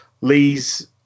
lees